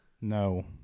No